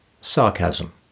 sarcasm